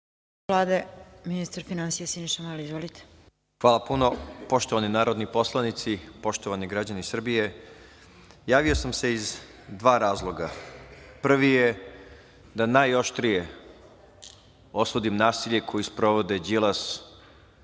Hvala puno. Poštovani narodni poslanici, poštovani građani Srbije. Javio sam se iz dva razloga. Prvi je da najoštrije osudim nasilje koje sprovode Đilas,